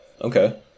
Okay